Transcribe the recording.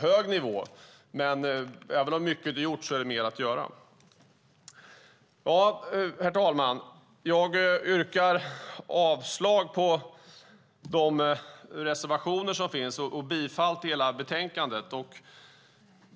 hög nivå. Även om mycket är gjort finns mer att göra. Herr talman! Jag yrkar avslag på reservationerna och bifall till förslaget i betänkandet.